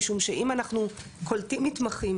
משום שאם אנחנו קולטים מתמחים,